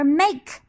make